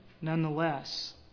nonetheless